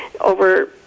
over